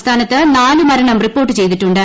സംസ്ഥാനത്ത് നാല് മരണം റിപ്പോർട്ട് ചെയ്തിട്ടുണ്ട്